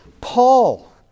Paul